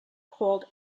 called